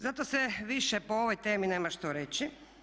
Zato se više po ovoj temi nema što reći.